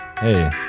Hey